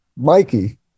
Mikey